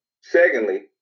Secondly